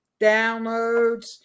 downloads